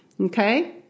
Okay